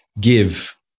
give